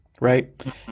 right